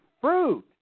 fruit